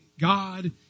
God